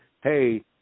hey